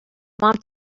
mom